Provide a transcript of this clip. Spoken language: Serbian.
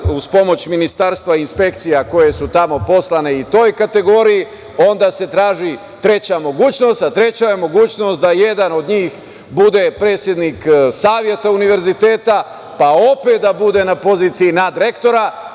uz pomoć Ministarstva i inspekcija koje su tamo poslate, i toj kategoriji. Onda se traži treća mogućnost, a treća je mogućnost da jedan od njih bude predsednik saveta univerziteta, pa opet da bude na poziciji nadrektora